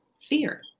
Fear